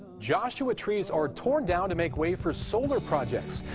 joshua trees are torn down to make way for solar projects.